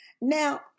Now